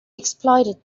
exploited